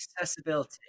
accessibility